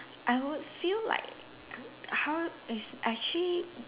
I would feel like how it's actually